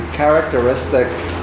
characteristics